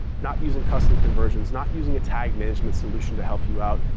not using custom conversions, not using a tag management solution to help you out,